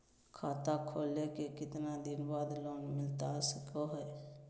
खाता खोले के कितना दिन बाद लोन मिलता सको है?